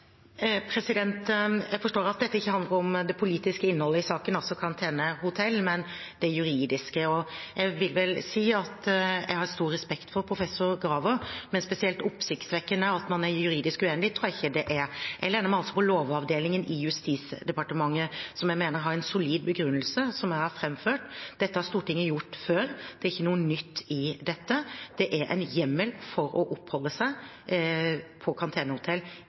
Jeg forstår at dette ikke handler om det politiske innholdet i saken, altså karantenehotell, men om det juridiske. Jeg har stor respekt for professor Graver, men spesielt oppsiktsvekkende at man er juridisk uenig, tror jeg ikke det er. Jeg lener meg på Lovavdelingen i Justisdepartementet, som jeg mener har en solid begrunnelse, som jeg har framført. Dette har Stortinget gjort før. Det er ikke noe nytt i dette. Det er en hjemmel for å oppholde seg på